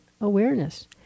awareness